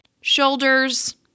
Shoulders